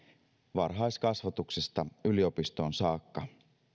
varhaiskasvatuksesta yliopistoon saakka